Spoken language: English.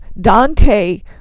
Dante